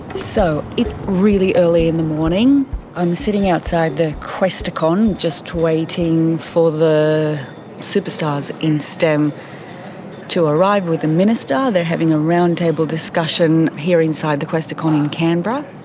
so it's really early in the morning, i'm sitting outside the questacon just waiting for the superstars of stem to arrive with the minister. they're having a roundtable discussion here inside the questacon in canberra,